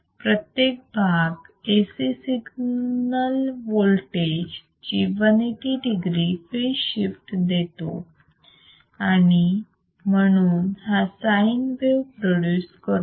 प्रत्येक भाग AC signal voltage ची 180 degree फेज शिफ्ट देतो आणि म्हणून हा साईन वेव प्रोड्यूस करतो